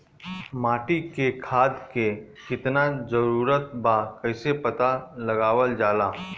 माटी मे खाद के कितना जरूरत बा कइसे पता लगावल जाला?